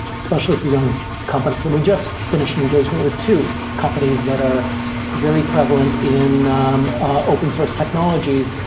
especially for young companies. and we just finished an engagement with two companies that are very prevalent in um ah open source technologies,